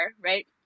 right